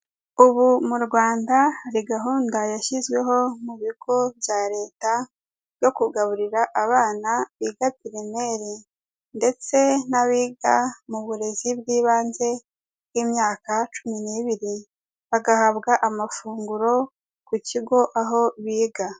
Ubu mu Rwanda hari gahunda yashyizweho mu bigo bya leta byo kugaburira abana biga primary ndetse n'abiga mu burezi bw'ibanze bw'imyaka cumi n'ibiri bagahabwa amafunguro ku kigo aho biga.